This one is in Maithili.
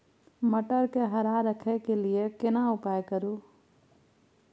मटर के हरा रखय के लिए केना उपाय करू?